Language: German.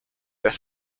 der